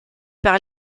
par